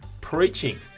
Preaching